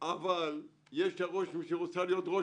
אבל יש לי הרושם שהיא רוצה להיות ראש